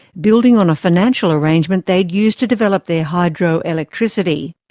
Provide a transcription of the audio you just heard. building on a financial arrangement they'd used to develop their hydro-electricity.